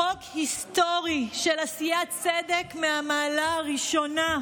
חוק היסטורי של עשיית צדק מהמעלה הראשונה,